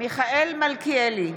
מיכאל מלכיאלי,